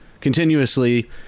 continuously